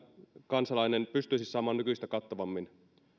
kansalainen pystyisi saamaan nykyistä kattavammin